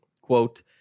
quote